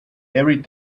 every